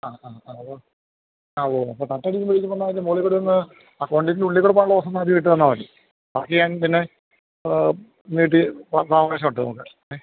ആ ആ ആ അപ്പം ആ ഉവ്വവ്വ അപ്പം തട്ടടിക്കുമ്പം ശരിക്കും പറഞ്ഞാൽ അതിന്റെ മോളിക്കൂടെയൊന്ന് ആ കോണ്ക്രീറ്റിന്റ്റുള്ളിക്കൂടെ പോകാനുള്ള ഓസൊന്ന് ആദ്യം ഇട്ട് തന്നാൽ മതി ബാക്കി ഞാന് പിന്നെ നീട്ടി ഫൗണ്ടേഷനിട്ട് നോക്കാം ഏ